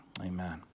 Amen